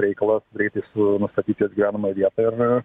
reikalas eiti su nustatyt jos gyvenamą vietą ir